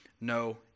no